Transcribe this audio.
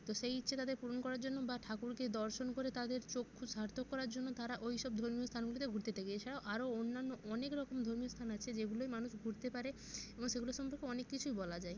তো সেই ইচ্ছে তাদের পূরণ করার জন্য বা ঠাকুরকে দর্শন করে তাদের চক্ষু সার্থক করার জন্য তারা ওই সব ধর্মীয় স্থানগুলিতে ঘুরতে থাকে এছাড়াও আরো অন্যান্য অনেক রকম ধর্মীয় স্থান আছে যেগুলোয় মানুষ ঘুরতে পারে এবং সেগুলোর সম্পর্কে অনেক কিছুই বলা যায়